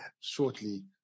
shortly